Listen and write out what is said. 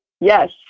yes